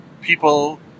people